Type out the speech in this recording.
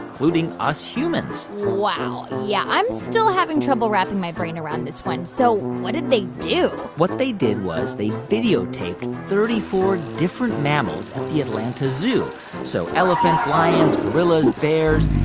including us humans wow. yeah, i'm still having trouble wrapping my brain around this one. so what did they do? what they did was they videotaped thirty four different mammals at the atlanta zoo so elephants, lions, gorillas, bears.